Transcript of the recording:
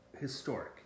historic